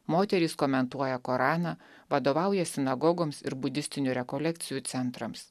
moterys komentuoja koraną vadovauja sinagogoms ir budistinių rekolekcijų centrams